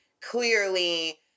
clearly